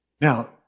Now